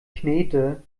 knete